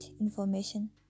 information